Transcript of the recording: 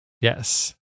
Yes